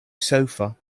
sofa